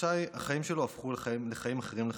התחושה היא שהחיים שלו הפכו לחיים אחרים לחלוטין.